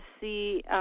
see